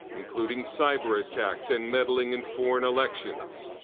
including cyber attacks and meddling in foreign elections.